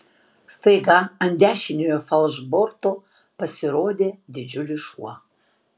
staiga ant dešiniojo falšborto pasirodė didžiulis šuo